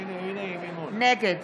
נגד